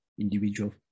individual